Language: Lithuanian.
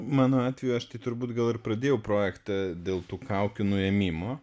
mano atveju aš tai turbūt gal ir pradėjau projektą dėl tų kaukių nuėmimo